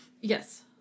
Yes